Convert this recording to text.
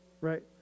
right